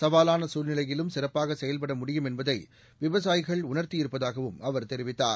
சவாலான சூழ்நிலையிலும் சிறப்பாக செயல்பட முடியும் என்பதை விவசாயிகள் உணர்த்தியிருப்பதாகவும் அவர் தெரிவித்தார்